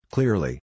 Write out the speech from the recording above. Clearly